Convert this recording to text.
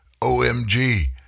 OMG